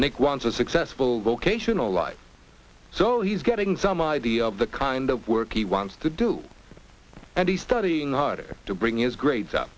make one so successful vocational life so he's getting some idea of the kind of work he wants to do and he's studying harder to bring his grades up